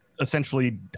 essentially